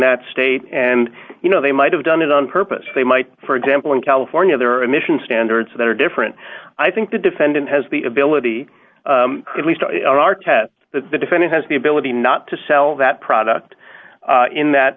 that state and you know they might have done it on purpose they might for example in california there are emissions standards that are different i think the defendant has the ability at least in our tests that the defendant has the ability not to sell that product in that